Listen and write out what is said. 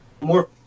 more